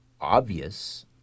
obvious